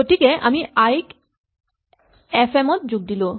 গতিকে আমি আই ক এফ এম ত যোগ দিলো